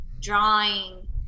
drawing